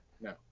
No